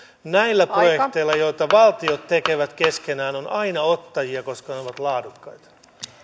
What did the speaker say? näillä projekteilla joita valtiot tekevät keskenään on aina ottajia koska ne ovat laadukkaita